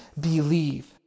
believe